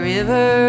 River